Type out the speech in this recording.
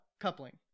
coupling